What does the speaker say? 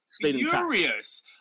furious